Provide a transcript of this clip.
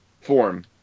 form